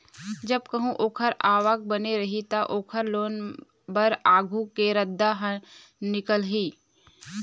जब कहूँ ओखर आवक बने रही त, ओखर लोन बर आघु के रद्दा ह निकलही